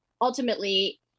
ultimately